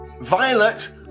Violet